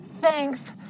thanks